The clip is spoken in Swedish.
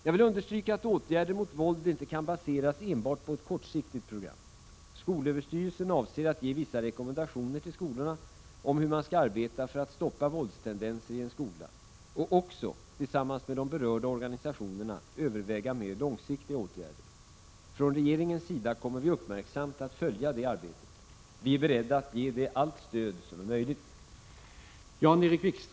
Jag vill understryka att åtgärder mot våld inte kan baseras enbart på ett kortsiktigt program. Skolöverstyrelsen avser att ge vissa rekommendationer till skolorna om hur man kan arbeta för att stoppa våldstendenserna i en skola och också, tillsammans med de berörda organisationerna, överväga mera långsiktiga åtgärder. Från regeringens sida kommer vi uppmärksamt att följa detta arbete. Vi är beredda att ge det allt stöd som är möjligt.